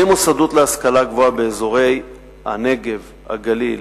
במוסדות להשכלה גבוהה באזורי הנגב, הגליל